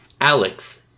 Alex